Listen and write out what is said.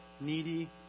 needy